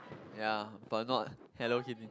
ya but not Hello Kitty